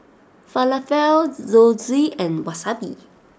Falafel Zosui and Wasabi